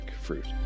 fruit